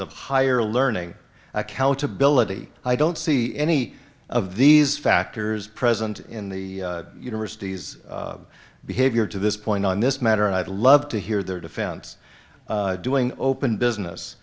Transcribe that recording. of higher learning accountability i don't see any of these factors present in the universities behavior to this point on this matter and i'd love to hear their defense doing open business